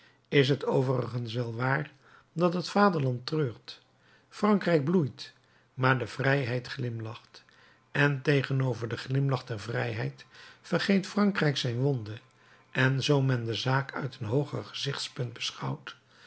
is het overigens wel waar dat het vaderland treurt frankrijk bloeit maar de vrijheid glimlacht en tegenover den glimlach der vrijheid vergeet frankrijk zijn wonde en zoo men de zaak uit een hooger gezichtspunt beschouwt